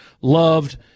loved